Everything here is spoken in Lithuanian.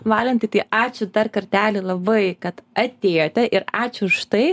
valentai tai ačiū dar kartelį labai kad atėjote ir ačiū už tai